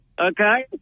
okay